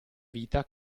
vita